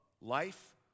life